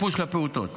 הפעוטות.